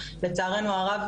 לצערנו הרב,